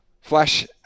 Flash